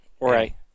Right